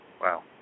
Wow